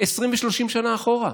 20 ו-30 שנים אחורה.